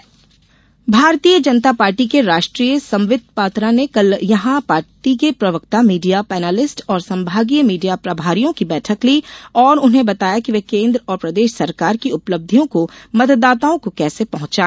प्रशिक्षण भारतीय जनता पार्टी के राष्ट्रीय संबित पात्रा ने कल यहां पार्टी के प्रवक्ता मीडिया पैनालिस्ट और संभागीय मीडिया प्रभारियों की बैठक ली और उन्हें बताया कि वे केन्द्र और प्रदेश सरकार की उपलब्धियों को मतदाताओं को कैसे पहुंचाए